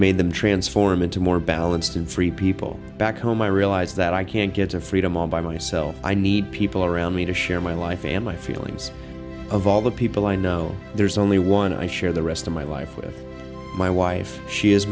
made them transform into more balanced and free people back home i realize that i can't get to freedom all by myself i need people around me to share my life and my feelings of all the people i know there's only one i share the rest of my life with my wife she is